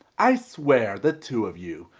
i swear, the two of you.